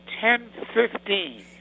Ten-fifteen